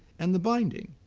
and the binding.